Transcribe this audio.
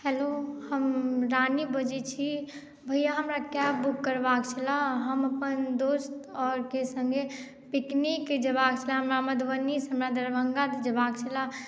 hello हम रानी बजैत छी भैया हमरा कैब बुक करबाक छले हम अपन दोस्त आओरके सङ्गे पिकनिक जयबाक छले हमरा मधुबनीसँ हमरा दरभङ्गा जयबाक छले